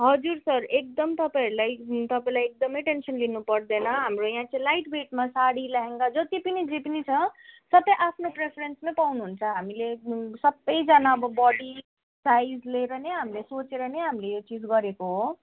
हजुर सर एकदम तपाईँहरूलाई तपाईँलाई एकदमै टेन्सन लिनुपर्दैन हाम्रो यहाँ चाहिँ लाइट वेटमा साडी लेहेङ्गा जति पनि जे पनि छ सबै आफ्नै प्रिफरेन्समै पाउनुहुन्छ हामीले सबैजना अब बडी साइज लिएर नै हामीले सोचेर नै हामीले यो चिज गरेको हो